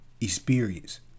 experience